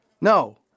no